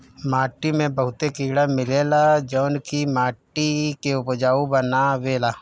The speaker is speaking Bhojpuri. माटी में बहुते कीड़ा मिलेला जवन की माटी के उपजाऊ बनावेला